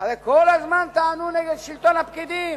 הרי כל הזמן טענו נגד שלטון הפקידים,